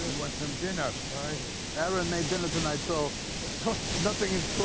and want some dinner? finally! aaron made dinner tonight so nothing is